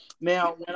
Now